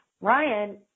Ryan